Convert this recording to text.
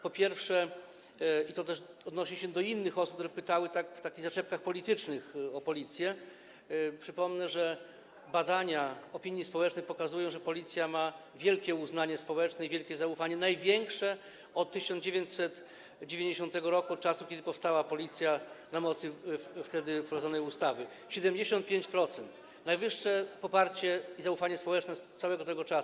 Po pierwsze - i to też odnosi się do innych osób, które pytały w ramach takich zaczepek politycznych o Policję - przypomnę, że badania opinii społecznej pokazują, że Policja ma wielkie uznanie społeczne i wielkie zaufanie, największe od 1990 r., od czasu kiedy ona powstała na mocy wtedy wprowadzonej ustawy, 75%, najwyższe poparcie i zaufanie społeczne z całego tego czasu.